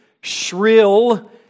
shrill